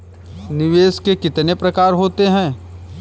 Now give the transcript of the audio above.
निवेश के कितने प्रकार होते हैं?